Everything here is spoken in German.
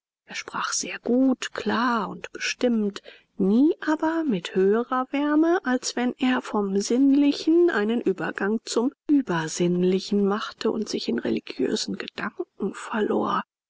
er sprach sehr gut klar und bestimmt nie aber mit höherer wärme als wenn er vom sinnlichen einen übergang zum übersinnlichen machte und sich in religiösen gedanken verlor